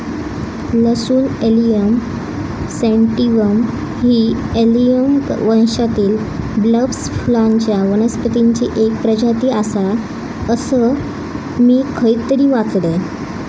लसूण allium sativum ही allium वंशातील बल्बस फुलांच्या वनस्पतीची एक प्रजाती आसा, असा मी खयतरी वाचलंय